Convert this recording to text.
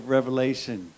Revelation